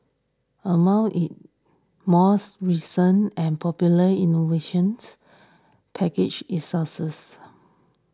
among it recent and popular innovations packaged its sauces